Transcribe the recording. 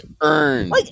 earned